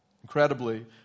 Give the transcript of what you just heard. Incredibly